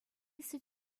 сӗт